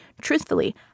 truthfully